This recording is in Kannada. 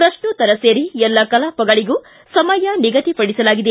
ಪ್ರಶ್ನೋತ್ತರ ಸೇರಿ ಎಲ್ಲ ಕಲಾಪಗಳಗೂ ಸಮಯ ನಿಗದಿಪಡಿಸಲಾಗಿದೆ